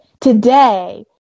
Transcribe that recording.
today